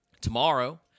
Tomorrow